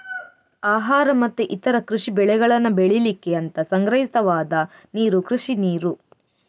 ಆಹಾರ ಮತ್ತೆ ಇತರ ಕೃಷಿ ಬೆಳೆಗಳನ್ನ ಬೆಳೀಲಿಕ್ಕೆ ಅಂತ ಸಂಗ್ರಹಿತವಾದ ನೀರು ಕೃಷಿ ನೀರು